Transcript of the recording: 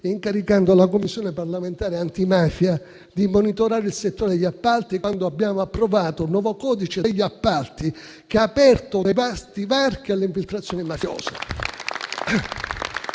incaricando la Commissione parlamentare antimafia di monitorare il settore degli appalti, quando abbiamo approvato un nuovo codice degli appalti che ha aperto vasti varchi all'infiltrazione mafiosa